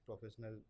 professional